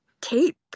tape